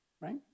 right